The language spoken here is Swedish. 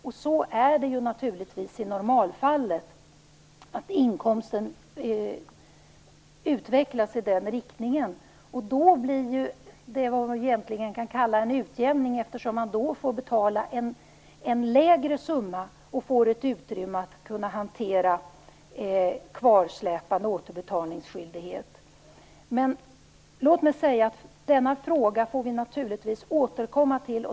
Inkomsten utvecklas naturligtvis i den riktningen i normalfallet. Då blir det vad man kan kalla en utjämning, eftersom man då får betala en lägre summa och får utrymme att hantera en kvarsläpande återbetalningsskyldighet. Denna fråga får vi naturligtvis återkomma till.